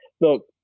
look